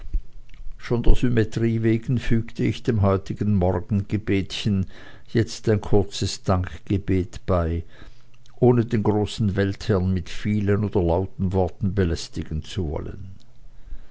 schon der symmetrie wegen fügte ich dem heutigen morgengebetchen jetzt ein kurzes dankgebet bei ohne den großen weltherrn mit vielen oder lauten worten belästigen zu wollen